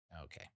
Okay